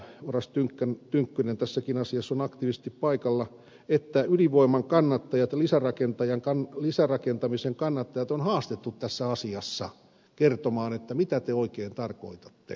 oras tynkkynen tässäkin asiassa on aktiivisesti paikalla että ydinvoiman kannattajat ja lisärakentamisen kannattajat on haastettu tässä asiassa kertomaan että mitä te oikein tarkoitatte